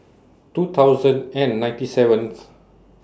two thousand and ninety seventh